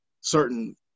certain